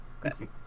classic